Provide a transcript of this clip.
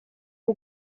que